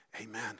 Amen